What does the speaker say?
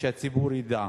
שהציבור ידע.